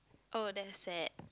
oh that's sad